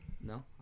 No